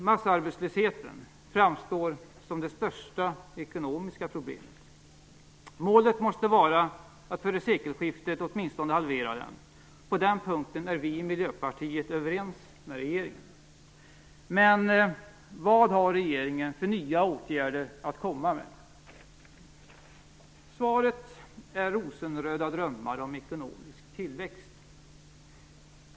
Massarbetslösheten framstår som det största ekonomiska problemet. Målet måste vara att före sekelskiftet åtminstone halvera den - på den punkten är vi i Miljöpartiet överens med regeringen. Men vad har regeringen för nya åtgärder att komma med? Svaret är rosenröda drömmar om ekonomisk tillväxt.